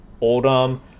Oldham